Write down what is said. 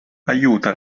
aiuta